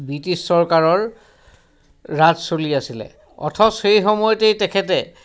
British চৰকাৰৰ ৰাজ চলি আছিলে অথচ সেই সময়তেই তেখেতে